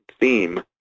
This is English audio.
theme